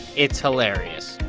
it's hilarious.